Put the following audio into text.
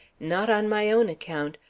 not on my own account,